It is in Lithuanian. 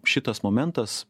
šitas momentas